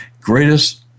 greatest